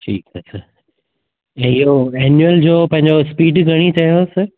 ठीकु आहे सर ऐं इहो एनुअल जो पंहिंजो स्पीड घणी चयवस